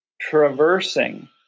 traversing